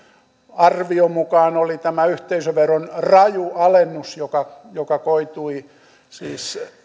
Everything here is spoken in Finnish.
arvioni mukaan oli tämä yhteisöveron raju alennus joka joka koitui siis